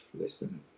listen